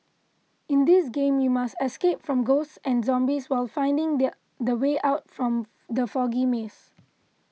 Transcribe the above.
in this game you must escape from ghosts and zombies while finding their the way out from the foggy maze